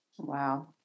wow